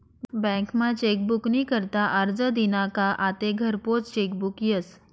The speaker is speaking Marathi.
बँकमा चेकबुक नी करता आरजं दिना का आते घरपोच चेकबुक यस